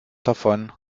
davon